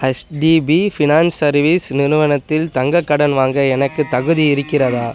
HDB finance service நிறுவனத்தில் தங்கக் கடன் வாங்க எனக்குத் தகுதி இருக்கிறதா